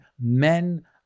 men